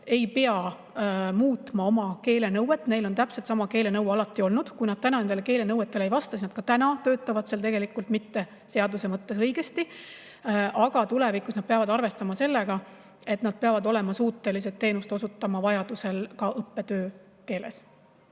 ei pea muutma keelenõuet, neil on täpselt sama keelenõue alati olnud. Kui nad täna sellele keelenõudele ei vasta, siis nad ka täna töötavad tegelikult seaduse mõttes mitte õigesti. Aga tulevikus nad peavad arvestama sellega, et nad peavad olema suutelised teenust osutama vajaduse korral ka õppetöö keeles.